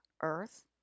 earth